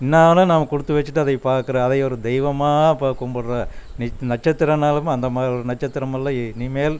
என்னாலும் நம்ம கொடுத்து வச்சிட்டு அதை பார்க்குற அதை ஒரு தெய்வமாக இப்போ கும்பிடுறேன் நட்சத்திரன்னாலுமே அந்தமாதிரி ஒரு நட்சத்திரமெல்லாம் இனிமேல்